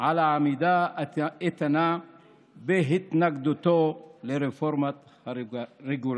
על העמידה האיתנה בהתנגדותו לרפורמת הרגולציה.